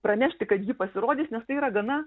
pranešti kad ji pasirodys nes tai yra gana